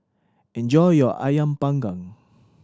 enjoy your Ayam Panggang